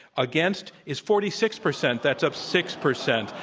against is forty six percent. that's up six percent.